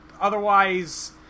otherwise